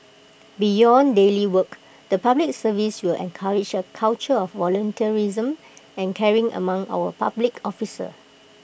beyond daily work the Public Service will encourage A culture of volunteerism and caring among our public officers